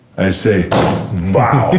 i say wow,